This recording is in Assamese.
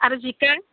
আৰু জিকাৰ